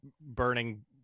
burning